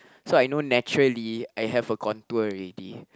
so I know naturally I have a contour already